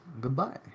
goodbye